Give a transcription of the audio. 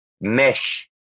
mesh